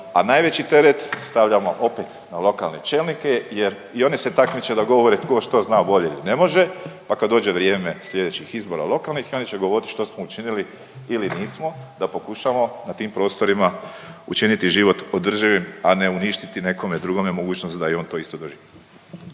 a najveći teret stavljamo opet na lokalne čelnike jer i one se takmiče da govore tko što zna bolje ili ne može pa kad dođe vrijeme sljedećih izbora lokalnih, oni će govoriti što smo učinili ili nismo da pokušamo na tim prostorima učiniti život održivim, a ne uništiti nekome drugome mogućnost da on to isto doživi.